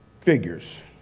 figures